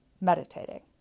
meditating